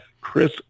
Chris